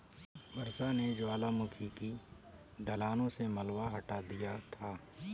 वर्षा ने ज्वालामुखी की ढलानों से मलबा हटा दिया था